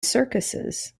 circuses